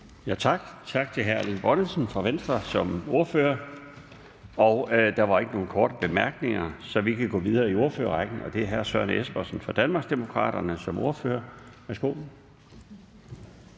Tak til hr. Erling Bonnesen fra Venstre som ordfører. Og der var ikke nogen korte bemærkninger, så vi kan gå videre i ordførerrækken, og det er hr. Søren Espersen fra Danmarksdemokraterne. Værsgo.